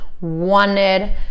wanted